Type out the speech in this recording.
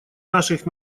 наших